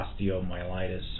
osteomyelitis